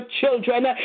children